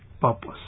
purpose